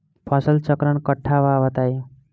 फसल चक्रण कट्ठा बा बताई?